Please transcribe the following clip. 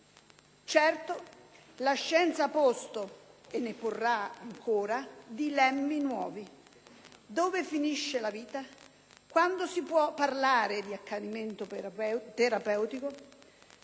Certo, la scienza ha posto (e ne porrà ancora) dilemmi nuovi: dove finisce la vita? Quando si può parlare di accanimento terapeutico?